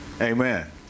Amen